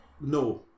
No